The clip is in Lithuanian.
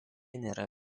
nėra